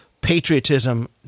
patriotism